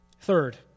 Third